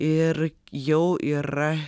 ir jau yra